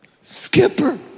skipper